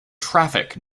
traffic